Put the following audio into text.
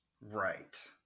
Right